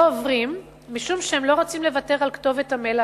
לא עוברים משום שהם לא רוצים לוותר על כתובת המייל,